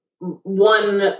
one